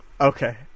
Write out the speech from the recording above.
Okay